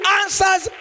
answers